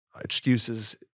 Excuses